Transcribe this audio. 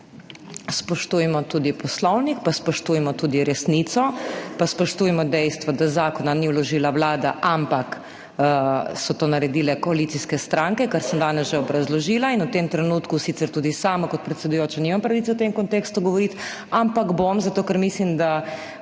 Spoštujmo tudi Poslovnik in spoštujmo tudi resnico. Pa spoštujmo dejstvo, da zakona ni vložila Vlada, ampak so to naredile koalicijske stranke, kar sem danes že obrazložila. In v tem trenutku sicer tudi sama kot predsedujoča nimam pravice govoriti v tem kontekstu, ampak bom, zato ker mislim, da